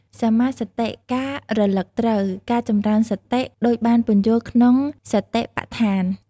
សម្មាសតិ ការរលឹកត្រូវ ការចម្រើនសតិ ដូចបានពន្យល់ក្នុងសតិប្បដ្ឋាន។